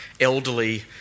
elderly